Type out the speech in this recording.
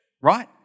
right